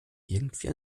irgendwie